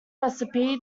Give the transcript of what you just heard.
recipe